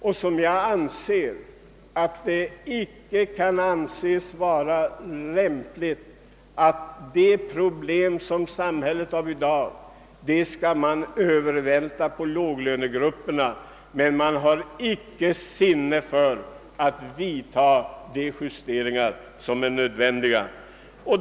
Jag har ansett att det icke är riktigt att konsekvenserna av samhällets problem i dag övervältras på låglönegrupperna. Man har icke sinne för de justeringar som är nödvändiga.